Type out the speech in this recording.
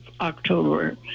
October